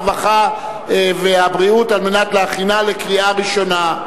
הרווחה והבריאות כדי להכינה לקריאה ראשונה.